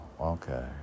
Okay